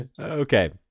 Okay